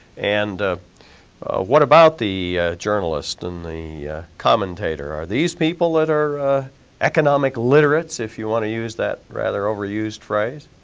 and ah what about the journalists and the commentator are these people at our economic literates if you want to use that rather overused phrase?